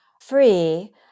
free